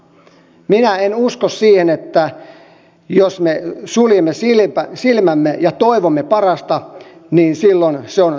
minä en usko siihen että jos me suljemme silmämme ja toivomme parasta niin silloin se on tämän kansan etu